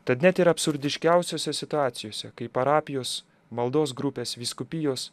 tad net ir absurdiškiausiose situacijose kai parapijos maldos grupės vyskupijos